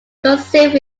conceived